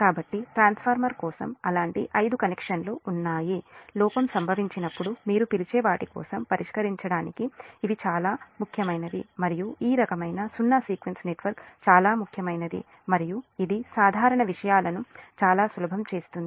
కాబట్టి ట్రాన్స్ఫార్మర్ కోసం అలాంటి 5 కనెక్షన్లు ఉన్నాయి లోపం సంభవించినప్పుడు మీరు పిలిచే వాటి కోసం పరిష్కరించడానికి ఇవి చాలా ముఖ్యమైనవి మరియు ఈ రకమైన సున్నా సీక్వెన్స్ నెట్వర్క్ చాలా ముఖ్యమైనది మరియు ఇది సాధారణ విషయాలను చాలా సులభం చేస్తుంది